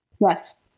Yes